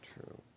true